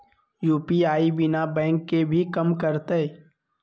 UPI बिना bank के भी कम करतै?